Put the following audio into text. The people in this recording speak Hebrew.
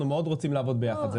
אנחנו רוצים מאוד לעבוד ביחד.